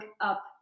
up